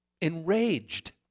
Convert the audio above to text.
enraged